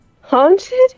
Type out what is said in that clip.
Haunted